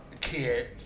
kid